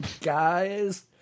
Guys